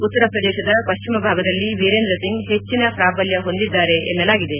ಉತ್ತರಪ್ರದೇಶದ ಪಶ್ಚಿಮ ಭಾಗದಲ್ಲಿ ವಿರೇಂದ್ರ ಸಿಂಗ್ ಹೆಜ್ಜಿನ ಪ್ರಾಬಲ್ಯ ಹೊಂದಿದ್ದಾರೆ ಎನ್ನಲಾಗಿದೆ